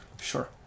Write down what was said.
sure